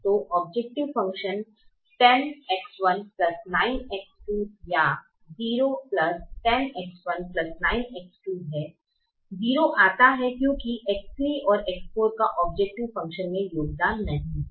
तो objective function 10X19X2 या 010X19X2 है 0 आता है क्योंकि X3 और X4 का औब्जैकटिव फंकशन में योगदान नहीं है